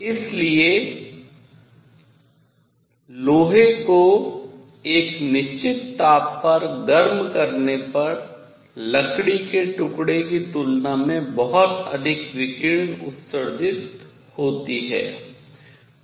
इसलिए लोहे को एक निश्चित तापमान पर गर्म करने पर लकड़ी के टुकड़े की तुलना में बहुत अधिक विकिरण उत्सर्जित होती है